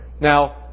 Now